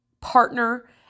partner